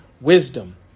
wisdom